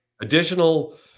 additional